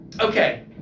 okay